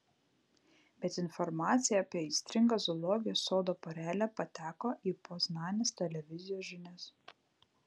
bet informacija apie aistringą zoologijos sodo porelę pateko į poznanės televizijos žinias